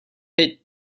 pit